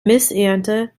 missernte